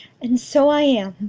and so i am!